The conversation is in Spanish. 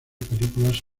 películas